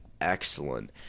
excellent